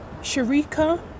Sharika